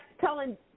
telling